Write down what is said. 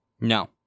No